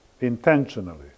intentionally